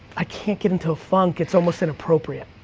i can't get into a funk, it's almost inappropriate,